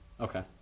Okay